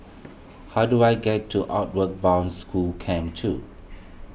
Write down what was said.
how do I get to Outward Bound School Camp two